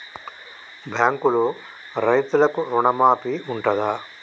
బ్యాంకులో రైతులకు రుణమాఫీ ఉంటదా?